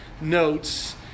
notes